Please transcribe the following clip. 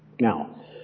Now